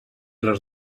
les